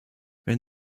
wenn